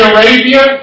Arabia